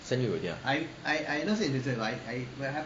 send you will there I I I I I